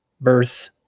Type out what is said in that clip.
birth